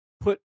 put